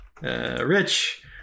rich